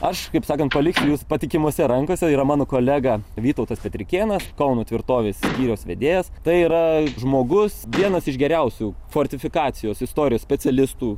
aš kaip sakant paliksiu jus patikimose rankose yra mano kolega vytautas petrikėnas kauno tvirtovės skyriaus vedėjas tai yra žmogus vienas iš geriausių fortifikacijos istorijos specialistų